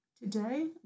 Today